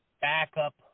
backup